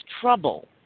trouble